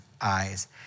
eyes